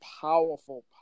powerful